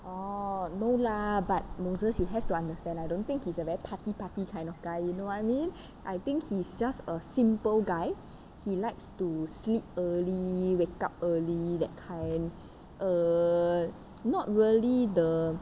orh no lah but moses you have to understand I don't think he's a very party party kind of guy you know what I mean I think he's just a simple guy he likes to sleep early wake up early that kind err not really the